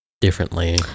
differently